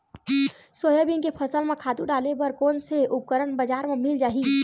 Soybean के फसल म खातु डाले बर कोन से उपकरण बजार म मिल जाहि?